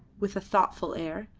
with a thoughtful air,